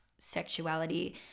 sexuality